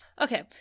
Okay